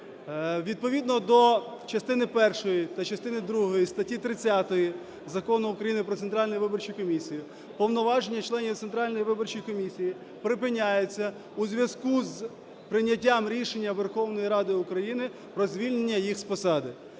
Відповідно до частини першої та частини другої статті 30 Закону України "Про Центральну виборчу комісію" повноваження членів Центральної виборчої комісії припиняються у зв'язку з прийняттям рішення Верховної Ради України про звільнення їх з посади.